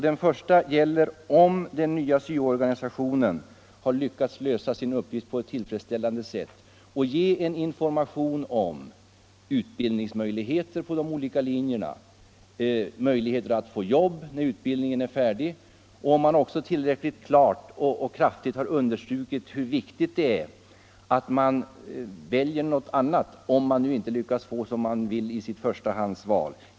Den första frågan är om den nya SYO organisationen tillfredsställande har lyckats lösa sin uppgift att ge information om utbildningsmöjligheter på de olika linjerna och om möjligheten att få jobb när utbildningen är färdig och om man tillräckligt klart och kraftigt har understrukit hur viktigt det är att eleverna väljer ett annat alternativ för den händelse de inte får igenom sitt förstahandsval?